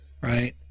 Right